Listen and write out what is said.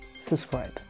subscribe